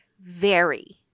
vary